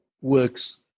works